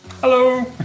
Hello